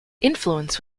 influence